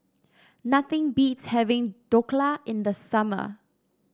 nothing beats having Dhokla in the summer